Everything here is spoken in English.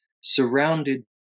surrounded